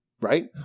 Right